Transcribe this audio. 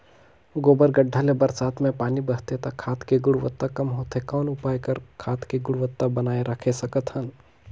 गोबर गढ्ढा ले बरसात मे पानी बहथे त खाद के गुणवत्ता कम होथे कौन उपाय कर गोबर खाद के गुणवत्ता बनाय राखे सकत हन?